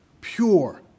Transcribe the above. pure